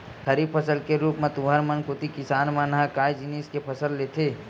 खरीफ फसल के रुप म तुँहर मन कोती किसान मन ह काय जिनिस के फसल लेथे?